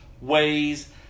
ways